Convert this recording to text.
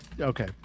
okay